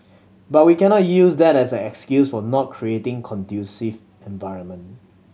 but we cannot use that as an excuse for not creating conducive environment